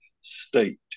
state